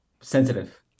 sensitive